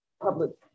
public